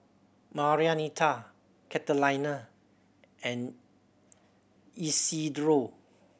Marianita Catalina and Isidro